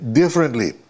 differently